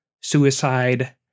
suicide